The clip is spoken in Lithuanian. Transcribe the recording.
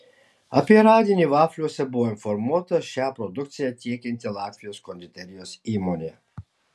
apie radinį vafliuose buvo informuota šią produkciją tiekianti latvijos konditerijos įmonė